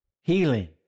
healing